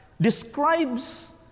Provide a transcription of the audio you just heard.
describes